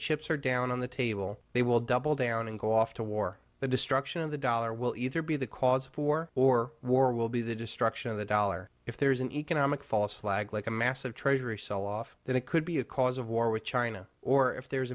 chips are down on the table they will double down and go off to war the destruction of the dollar will either be the cause for or war will be the destruction of the dollar if there is an economic false flag like a massive treasury selloff then it could be a cause of war with china or if there